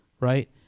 right